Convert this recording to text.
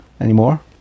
anymore